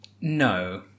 no